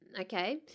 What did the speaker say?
Okay